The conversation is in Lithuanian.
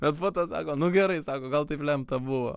bet po to sako nu gerai sako gal taip lemta buvo